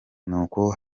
nuko